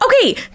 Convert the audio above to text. Okay